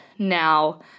Now